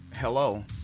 Hello